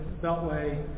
Beltway